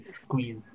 squeeze